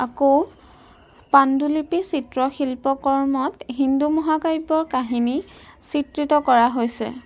আকৌ পাণ্ডুলিপি চিত্ৰ শিল্পকৰ্মত হিন্দু মহাকাব্যৰ কাহিনী চিত্ৰিত কৰা হৈছে